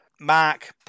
Mark